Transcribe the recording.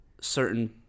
certain